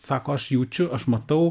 sako aš jaučiu aš matau